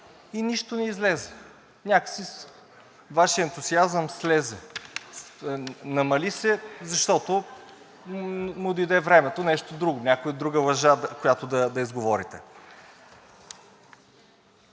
и нищо не излезе. Някак си Вашият ентусиазъм слезе, намали се, защото му дойде времето някоя друга лъжа, която да изговорите.